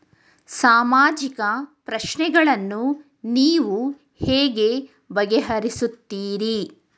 ಸಾಮಾಜಿಕ ಪ್ರಶ್ನೆಗಳನ್ನು ನೀವು ಹೇಗೆ ಪರಿಹರಿಸುತ್ತೀರಿ?